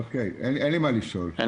אין לי מה לשאול.